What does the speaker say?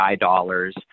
dollars